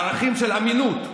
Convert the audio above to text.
ערכים של אמינות,